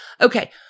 Okay